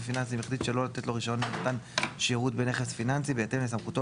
פיננסיים החליט שלא לתת לו רישיון למתן שירות בנכס פיננסי בהתאם לסמכותו